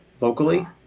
locally